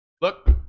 look